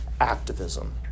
activism